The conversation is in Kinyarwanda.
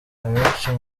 abenshi